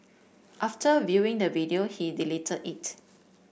after viewing the video he deleted it